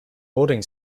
boarding